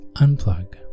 unplug